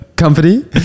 Company